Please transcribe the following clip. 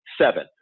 seven